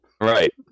Right